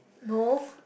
no